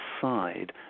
side